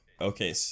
Okay